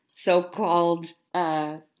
so-called